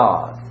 God